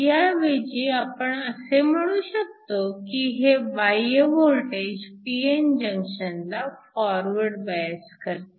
ह्या ऐवजी आपण असे म्हणू शकतो की हे बाह्य वोल्टेज pn जंक्शनला फॉरवर्ड बायस करते